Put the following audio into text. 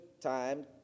time